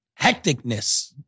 hecticness